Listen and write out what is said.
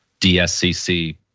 DSCC